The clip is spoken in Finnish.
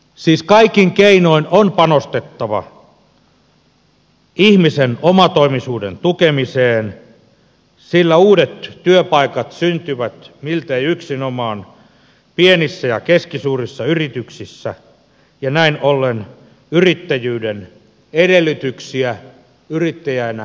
siis kaikin keinoin on panostettava ihmisen omatoimisuuden tukemiseen sillä uudet työpaikat syntyvät miltei yksinomaan pienissä ja keskisuurissa yrityksissä ja näin ollen yrittäjyyden edellytyksiä yrittäjänä toimimista ei saa vaikeuttaa